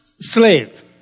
Slave